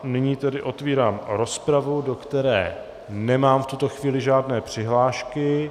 Nyní otevírám rozpravu, do které nemám v tuto chvíli žádné přihlášky.